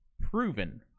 proven